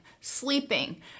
sleeping